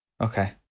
Okay